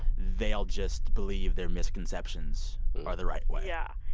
they'll just believe their misconceptions are the right way yeah.